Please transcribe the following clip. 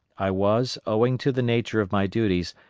i was, owing to the nature of my duties,